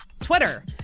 Twitter